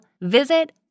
visit